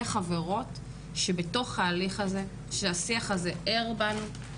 חברות שבתוך ההליך הזה שהשיח הזה ער בנו,